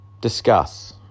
Discuss